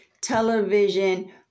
television